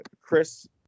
Chris